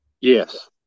Yes